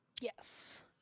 Yes